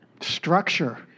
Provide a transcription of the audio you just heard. structure